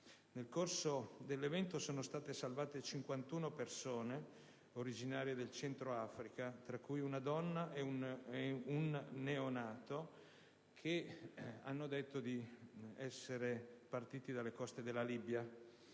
Nel corso dell'evento sono state salvate 51 persone, originarie del Centro-Africa, tra cui una donna e un neonato, che hanno detto di essere partite dalle coste della Libia.